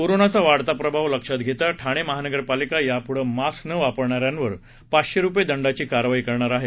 कोरोनाचा वाढता प्रभाव लक्षात घेता ठाणे महानगरपालिका यापुढं मास्क न वापरणार्यांवर पाचशे रुपये दंडाची कारवाई करणार आहे